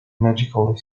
magically